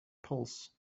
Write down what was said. pulse